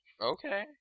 Okay